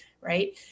right